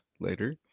later